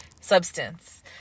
substance